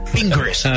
Fingers